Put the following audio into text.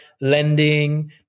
lending